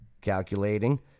Calculating